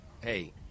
hey